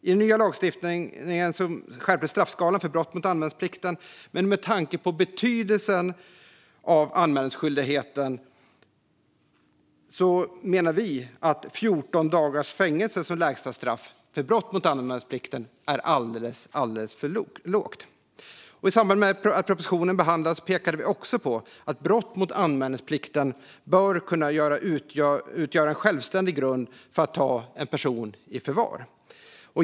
I den nya lagen skärptes straffskalan för brott mot anmälningsplikten. Men med tanke på att anmälningsskyldigheten är av så avgörande betydelse menar vi att 14 dagars fängelse som lägsta straff för brott mot anmälningsplikten är alldeles för lågt. I samband med att propositionen behandlades pekade vi också på att brott mot anmälningsplikten bör kunna utgöra en självständig grund för att ta en person i förvar.